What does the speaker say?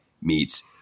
meets